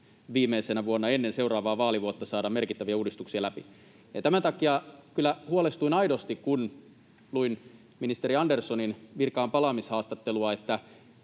viimeisenä vuonna ennen seuraavaa vaalivuotta saada merkittäviä uudistuksia läpi. Tämän takia kyllä huolestuin aidosti, kun luin ministeri Anderssonin virkaanpalaamishaastattelua,